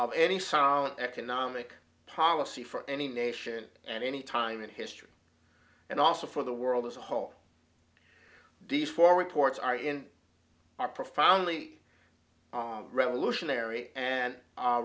of any silent economic policy for any nation and any time in history and also for the world as a whole these four reports are in are profoundly revolutionary and